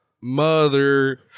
mother